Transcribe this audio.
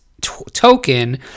token